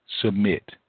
submit